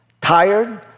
tired